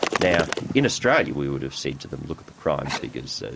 now, in australia we would've said to them, look at the crime figures, ah